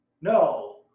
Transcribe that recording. no